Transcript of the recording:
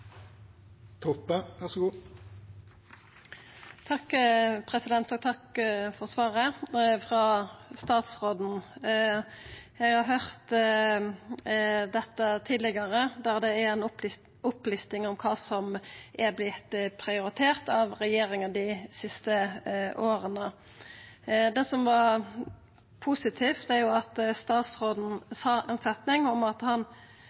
Takk for svaret frå statsråden. Eg har høyrt dette tidlegare, der det er ei opplisting av kva som er vorte prioritert av regjeringa dei siste åra. Det som var positivt, var at statsråden sa ei setning om at han